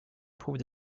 éprouve